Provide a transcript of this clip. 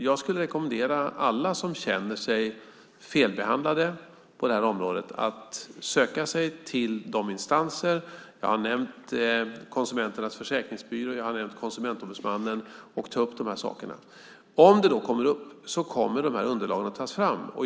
Jag skulle rekommendera alla som känner sig felbehandlade på det här området att söka sig till de instanser som finns - jag har nämnt Konsumenternas försäkringsbyrå och Konsumentombudsmannen - och ta upp de här sakerna. Om de kommer upp kommer dessa underlag att tas fram.